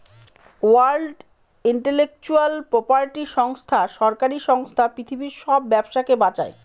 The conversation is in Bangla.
ওয়ার্ল্ড ইন্টেলেকচুয়াল প্রপার্টি সংস্থা সরকারি সংস্থা পৃথিবীর সব ব্যবসাকে বাঁচায়